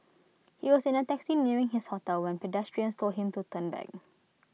he was in A taxi nearing his hotel when pedestrians told him to turn back